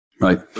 Right